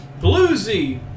bluesy